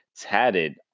tatted